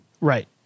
Right